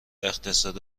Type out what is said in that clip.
اقتصاد